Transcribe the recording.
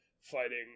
fighting